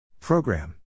Program